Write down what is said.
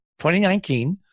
2019